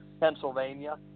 Pennsylvania—